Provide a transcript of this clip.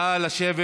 נא לשבת.